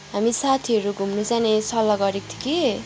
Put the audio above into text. हामी साथीहरू घुम्नु जाने सल्लाह गरेको थियो कि